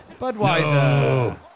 Budweiser